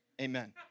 amen